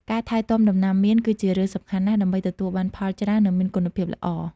ការថែទាំដំណាំមៀនគឺជារឿងសំខាន់ណាស់ដើម្បីទទួលបានផលច្រើន និងមានគុណភាពល្អ។